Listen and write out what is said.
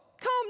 Come